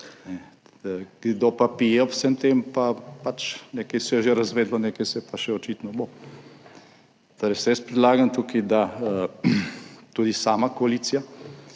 Kdo pa pije ob vsem tem pa pač nekaj se je že razvedelo, nekaj se pa še očitno bo. Torej jaz predlagam tukaj, da tudi sama koalicija